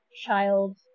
child